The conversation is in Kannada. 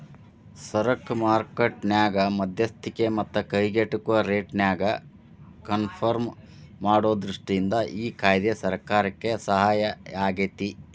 ಸರಕ ಮಾರ್ಕೆಟ್ ನ್ಯಾಗ ಮಧ್ಯಸ್ತಿಕಿ ಮತ್ತ ಕೈಗೆಟುಕುವ ರೇಟ್ನ್ಯಾಗ ಕನ್ಪರ್ಮ್ ಮಾಡೊ ದೃಷ್ಟಿಯಿಂದ ಈ ಕಾಯ್ದೆ ಸರ್ಕಾರಕ್ಕೆ ಸಹಾಯಾಗೇತಿ